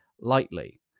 lightly